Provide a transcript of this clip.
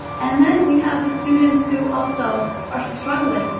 and then we have the students who also are struggling.